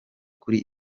kuri